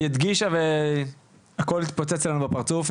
היא הדגישה, והכל התפוצץ לנו בפרצוף.